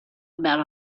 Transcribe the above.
about